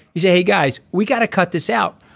he said hey guys we got to cut this out.